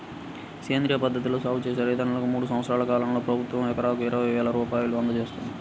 సేంద్రియ పద్ధతిలో సాగు చేసే రైతన్నలకు మూడు సంవత్సరాల కాలంలో ప్రభుత్వం ఎకరాకు ఇరవై వేల రూపాయలు అందజేత్తంది